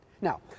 Now